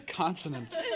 consonants